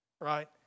Right